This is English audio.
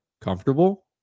comfortable